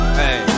hey